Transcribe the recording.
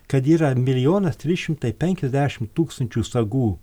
kad yra milijonas trys šimtai penkiasdešimt tūkstančių sagų